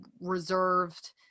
reserved